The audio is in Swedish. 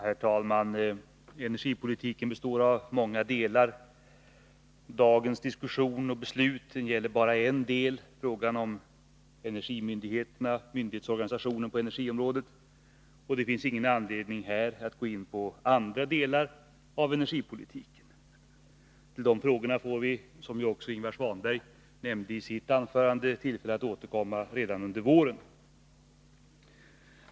Herr talman! Energipolitiken består av många delar. Dagens diskussion och beslut gäller bara en del, dvs. frågan om myndighetsorganisationen på energiområdet. Det finns ingen anledning att här gå in på andra delar av energipolitiken. De frågorna får vi, som Ingvar Svanberg nämnde i sitt anförande, tillfälle att återkomma till redan under våren.